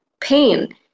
pain